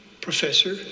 professor